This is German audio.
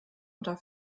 oder